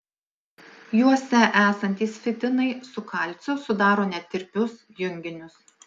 juose esantys fitinai su kalciu sudaro netirpius junginius